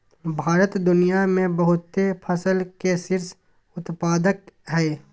भारत दुनिया में बहुते फसल के शीर्ष उत्पादक हइ